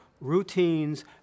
routines